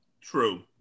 True